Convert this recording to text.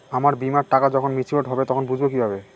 আমার বীমার টাকা যখন মেচিওড হবে তখন বুঝবো কিভাবে?